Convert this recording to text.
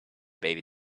baby